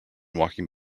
walking